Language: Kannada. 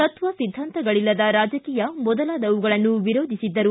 ತತ್ವ ಸಿದ್ಧಾಂತಗಳಲ್ಲದ ರಾಜಕೀಯ ಮೊದಲಾದವುಗಳನ್ನು ವಿರೋಧಿಸಿದ್ದರು